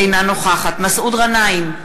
אינה נוכחת מסעוד גנאים,